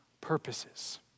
purposes